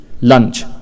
lunch